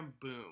boom